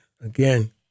again